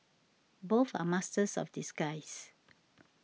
both are masters of disguise